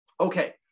Okay